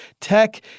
Tech